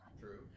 True